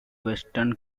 western